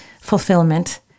fulfillment